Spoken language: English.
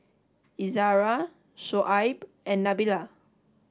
Izzara Shoaib and Nabila